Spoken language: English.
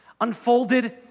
unfolded